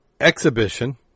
Exhibition